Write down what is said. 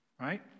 right